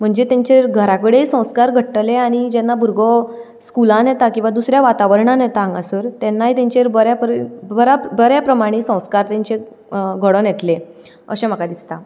म्हणजे तेंचेर घराकडेन संस्कार घडटले आनी जेन्ना भुरगो स्कुलांत येता किंवां दुसऱ्या वातावरणांत येता हांगासर तेन्नाय तेंचेर बऱ्या बऱ्या बऱ्या प्रमाणी संस्कार तेंचेर घडोवन येतले अशें म्हाका दिसता